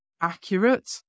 accurate